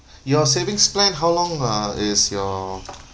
your savings plan how long uh is your